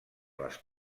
les